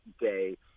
day